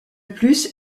plus